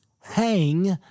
hang